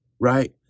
right